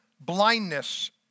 blindness